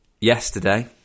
yesterday